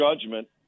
judgment